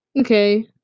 Okay